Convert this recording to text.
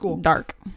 dark